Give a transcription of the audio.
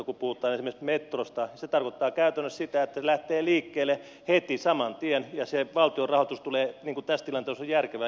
kun puhutaan esimerkiksi metrosta se tarkoittaa käytännössä sitä että se lähtee liikkeelle heti saman tien ja se valtion rahoitus tulee niin kuin tässä tilanteessa on järkevää jälkikäteen siihen mukaan